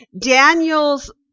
Daniel's